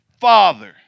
father